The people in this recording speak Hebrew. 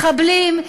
מחבלים,